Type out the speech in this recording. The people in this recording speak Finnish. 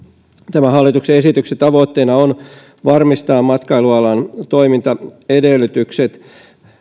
tämän hallituksen esityksen tavoitteena on varmistaa matkailualan toimintaedellytykset